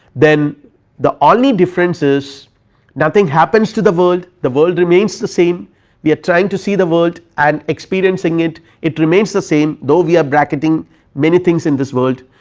then the only difference is nothing happens to the world the world remains the same they are trying to see the world and experiencing it it remains the same no we are bracketing many things in this world,